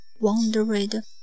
wandered